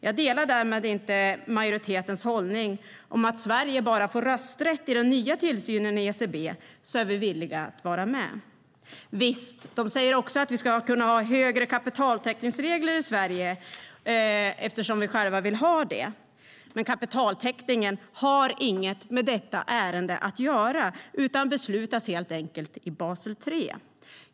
Jag delar inte majoritetens hållning att om Sverige bara får rösträtt i den nya tillsynen i ECB är vi villiga att vara med. Visst säger de också att vi ska kunna ha högre kapitaltäckningsregler i Sverige eftersom vi själva vill ha det, men kapitaltäckningen har inget med detta ärende att göra utan beslutas i Basel III.